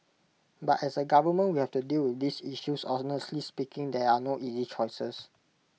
but as A government we have to deal with this issue honestly speaking there are no easy choices